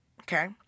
Okay